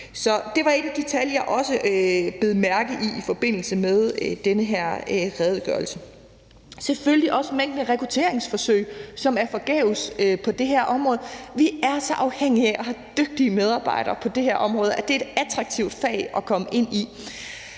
det var et af de tal, jeg også bed mærke i i forbindelse med den her redegørelse. Selvfølgelig er der også mængden af rekrutteringsforsøg, som er forgæves, på det her område. Vi er så afhængige af at have dygtige medarbejdere på det her område, og at det er et attraktivt fag at komme ind i.